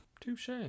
Touche